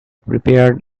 prepared